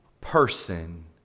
person